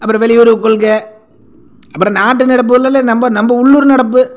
அப்புறம் வெளியுறவுக்கொள்கை அப்புறம் நாட்டு நடப்புகளுல்ல நம்ம நம்ம உள்ளூர் நடப்பு